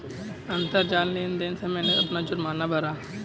अंतरजाल लेन देन से मैंने अपना जुर्माना भरा